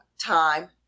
time